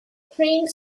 prints